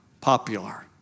popular